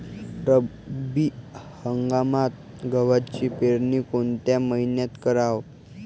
रब्बी हंगामात गव्हाची पेरनी कोनत्या मईन्यात कराव?